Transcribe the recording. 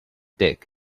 dick